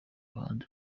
bahanzi